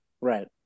right